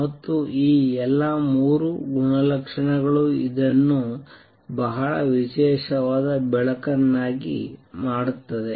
ಮತ್ತು ಈ ಎಲ್ಲಾ ಮೂರು ಗುಣಲಕ್ಷಣಗಳು ಇದನ್ನು ಬಹಳ ವಿಶೇಷವಾದ ಬೆಳಕನ್ನಾಗಿ ಮಾಡುತ್ತದೆ